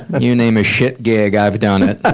and you name a shit gig, i've done it.